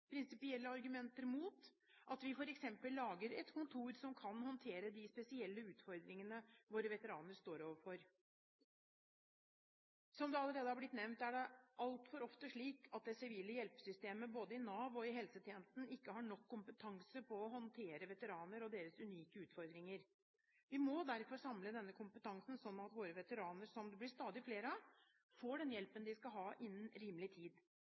prinsipielle argumenter mot at vi f.eks. lager et kontor som kan håndtere de spesielle utfordringene våre veteraner står ovenfor. Som det allerede har vært nevnt, er det altfor ofte slik at det sivile hjelpesystemet, både i Nav og i helsetjenesten, ikke har nok kompetanse til å håndtere veteraner og deres unike utfordringer. Vi må derfor samle denne kompetansen slik at våre veteraner, som det blir stadig flere av, får den hjelpen de skal ha innen rimelig tid.